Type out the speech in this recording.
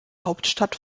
hauptstadt